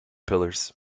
pillars